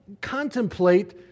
contemplate